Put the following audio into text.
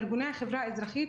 ארגוני החברה האזרחית,